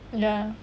ya